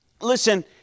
listen